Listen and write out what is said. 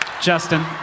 Justin